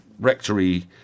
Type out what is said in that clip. rectory